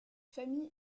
famille